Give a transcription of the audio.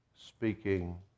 speaking